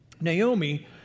Naomi